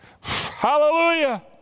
Hallelujah